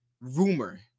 rumor